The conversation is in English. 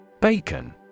Bacon